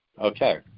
Okay